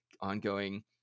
ongoing